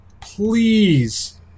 please